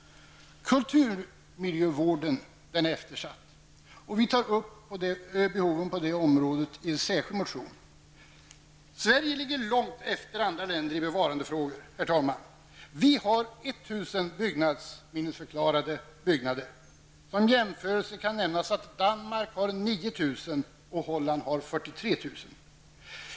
Kulturmiljövården är eftersatt. Vi tar upp behoven på det området i en särskild motion. Sverige ligger långt efter många andra länder när det gäller bevarandefrågor. Vi har ungefär 1 000 byggnadsminnesförklarade byggnader. Som jämförelse kan nämnas att Danmark har 9 000 och Holland 43 000.